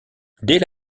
dès